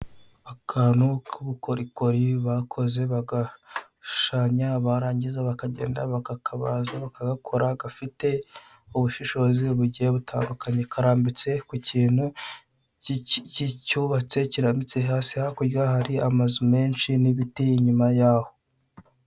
Akantu ku bukorikori bakoze bagashushanya barangiza bakagenda bakakabaza bakagakora gafite ubushishozi bugiye butandukanye karambitse ku kintu cyubatse kirambitse hasi hakurya hari amazu menshi n'ibiti inyuma yaho.